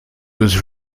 was